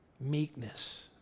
meekness